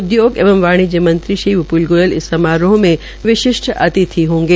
उद्योग एवं वाणिज्य मंत्री श्री विपुल गोयल इस समारोह में विशिष्ट अतिथि होंगे